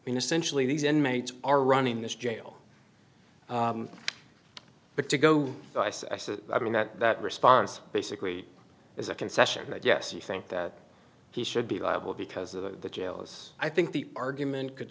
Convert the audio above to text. i mean essentially these inmates are running this jail but to go i mean that that response basically is a concession that yes you think that he should be liable because of the jails i think the argument could